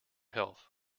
health